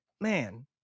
man